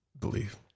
believe